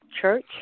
church